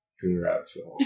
Congrats